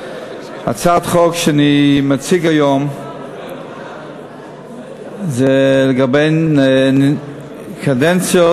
הצעת החוק שאני מציג היום היא לגבי קדנציות